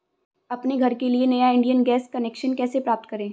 अपने घर के लिए नया इंडियन गैस कनेक्शन कैसे प्राप्त करें?